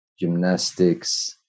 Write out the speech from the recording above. gymnastics